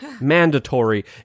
mandatory